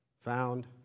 found